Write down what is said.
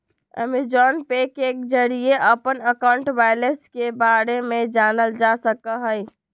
Amazon Pay के जरिए अपन अकाउंट बैलेंस के बारे में जानल जा सका हई